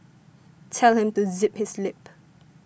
tell him to zip his lip